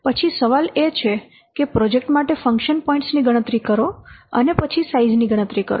પછી સવાલ એ છે કે પ્રોજેક્ટ માટે ફંક્શન પોઇન્ટ્સ ની ગણતરી કરો અને પછી સાઈઝ ની ગણતરી કરો